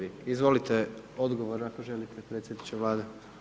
Izvolite, odgovor ako želite predsjedniče Vlade.